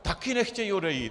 Taky nechtějí odejít.